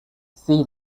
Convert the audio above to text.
see